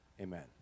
Amen